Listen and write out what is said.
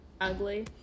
ugly